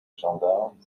gendarme